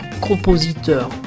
compositeur